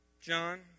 John